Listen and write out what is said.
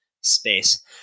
space